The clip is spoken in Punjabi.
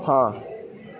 ਹਾਂ